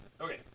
Okay